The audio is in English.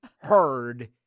heard